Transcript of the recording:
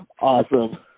Awesome